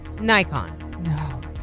Nikon